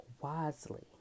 wisely